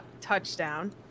touchdown